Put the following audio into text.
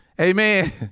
Amen